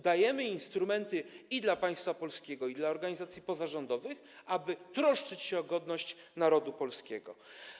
Dajemy instrumenty i państwu polskiemu, i organizacjom pozarządowym, aby troszczyć się o godność narodu polskiego.